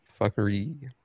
fuckery